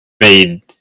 made